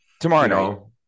tomorrow